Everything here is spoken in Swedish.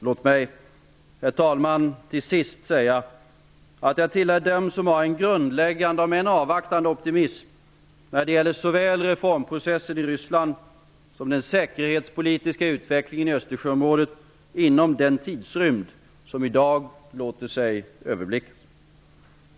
Låt mig till sist säga att jag tillhör dem som har en grundläggande, om än avvaktande, optimism, när det gäller såväl reformprocessen i Ryssland som den säkerhetspolitiska utvecklingen i Östersjöområdet inom den tidsrymd som i dag låter sig överblickas.